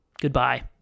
Goodbye